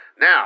Now